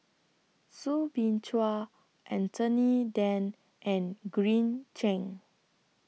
Soo Bin Chua Anthony Then and Green Zeng